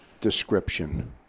description